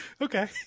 Okay